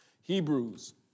Hebrews